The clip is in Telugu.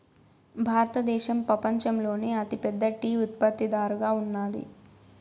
భారతదేశం పపంచంలోనే అతి పెద్ద టీ ఉత్పత్తి దారుగా ఉన్నాది